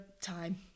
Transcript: time